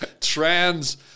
trans